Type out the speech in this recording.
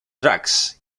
tracks